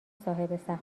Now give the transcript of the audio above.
صاحب